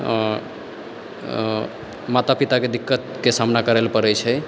माता पिताके दिक्कतके सामना करै लए पड़ै छै